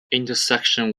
intersection